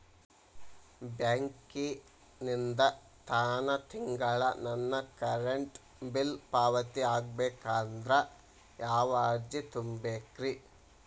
ಬ್ಯಾಂಕಿಂದ ತಾನ ತಿಂಗಳಾ ನನ್ನ ಕರೆಂಟ್ ಬಿಲ್ ಪಾವತಿ ಆಗ್ಬೇಕಂದ್ರ ಯಾವ ಅರ್ಜಿ ತುಂಬೇಕ್ರಿ?